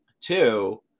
Two